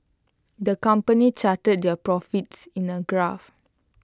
the company charted their profits in A graph